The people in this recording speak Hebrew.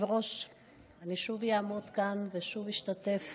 אני שוב אעמוד כאן ושוב אשתתף